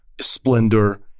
splendor